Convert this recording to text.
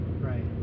right